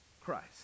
Christ